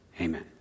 Amen